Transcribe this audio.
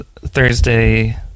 Thursday